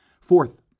Fourth